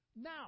Now